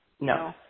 no